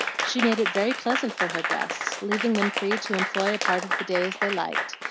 she made it very pleasant for her guests, leaving them free to employ a part of the day as they liked,